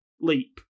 leap